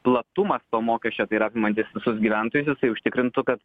platumas to mokesčio tai yra apimantis visus gyventojus jisai užtikrintų kad